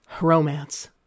Romance